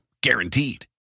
Guaranteed